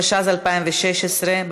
התשע"ז 2016,